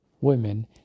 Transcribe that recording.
women